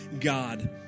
God